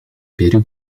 peru